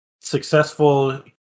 successful